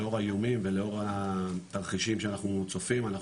לאור האיומים ולאור התרחישים שאנחנו צופים אנחנו